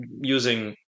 using